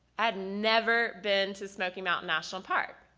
i had never been to smoky mountain national park.